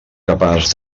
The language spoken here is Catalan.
capaç